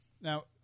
Now